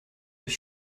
bis